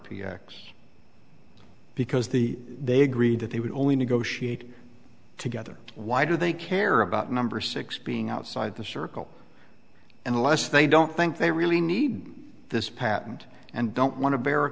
x because the they agreed that they would only negotiate together why do they care about number six being outside the circle unless they don't think they really need this patent and don't want to be